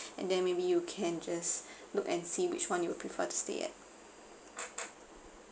and then maybe you can just look and see which one you prefer to stay at